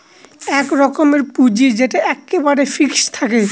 এক রকমের পুঁজি যেটা এক্কেবারে ফিক্সড থাকে